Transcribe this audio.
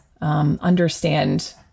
understand